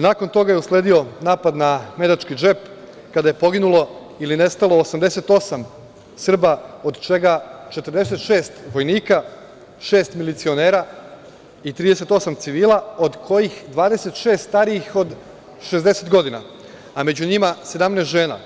Nakon toga je usledio napad na „Medački džep“, kada je poginulo ili nestalo 88 Srba, od čega 46 vojnika, šest milicionera i 38 civila, od kojih 26 starijih od 60 godina, a među njima 17 žena